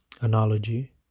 analogy